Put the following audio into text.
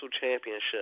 Championship